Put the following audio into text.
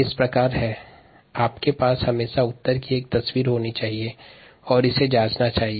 इस प्रकार कार्य करते समय हमेशा उत्तर की एक तस्वीर होनी चाहिए और इसे जांचा जाना चाहिए